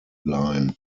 line